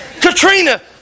Katrina